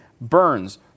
Burns